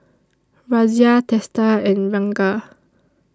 Razia Teesta and Ranga